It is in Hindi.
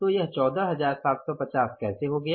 तो यह 14750 कैसे हो गया